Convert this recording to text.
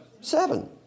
Seven